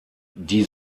die